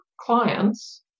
clients